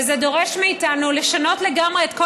וזה דורש מאיתנו לשנות לגמרי את כל